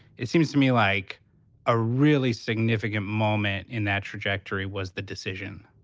it seems to me like a really significant moment in that trajectory was the decision.